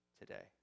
today